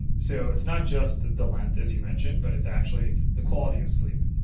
and so it's not just the length as you mentioned, but it's actually the quality of sleep.